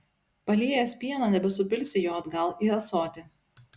paliejęs pieną nebesupilsi jo atgal į ąsotį